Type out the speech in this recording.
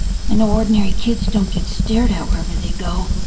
i know ordinary kids don't get stared at wherever they go.